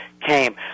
Came